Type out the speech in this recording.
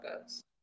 goes